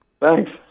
thanks